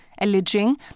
alleging